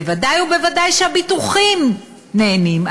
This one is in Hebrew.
ודאי וודאי שהביטוחים נהנים.